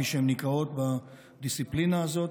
כפי שהן נקראות בדיסציפלינה הזאת,